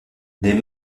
des